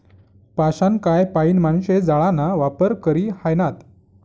पाषाणकाय पाईन माणशे जाळाना वापर करी ह्रायनात